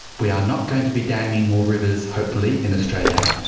we are not going to be damming more rivers, hopefully, in australia.